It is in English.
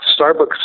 Starbucks